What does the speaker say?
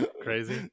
Crazy